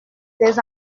des